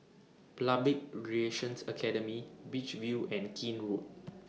Public Relations Academy Beach View and Keene Road